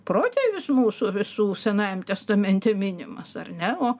protėvis mūsų visų senajam testamente minimas ar ne o